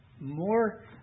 More